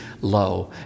low